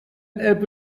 opened